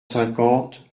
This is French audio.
cinquante